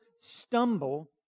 stumble